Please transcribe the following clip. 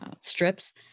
strips